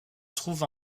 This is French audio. trouve